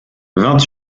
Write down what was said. vingt